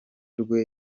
rwe